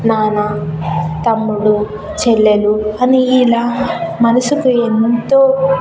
నాన్న తమ్ముడు చెల్లెలు అని ఇలా మనస్సుకు ఎంతో